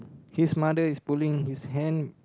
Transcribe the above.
his mother is pulling his hand